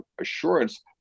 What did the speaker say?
assurance